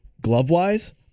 glove-wise